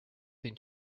been